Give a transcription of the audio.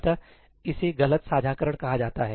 अतः इसे गलत साझाकरण कहा जाता है